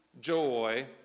joy